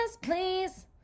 please